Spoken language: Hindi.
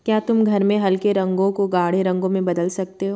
क्या तुम घर में हल्के रंगों को गाढ़े रंगों में बदल सकते हो